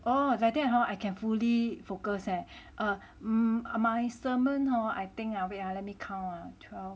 oh like that hor I can fully focus eh err m~ my sermon hor I think ah wait ah let me count ah twelve